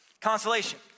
Consolation